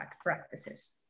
practices